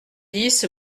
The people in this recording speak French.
dix